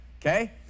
Okay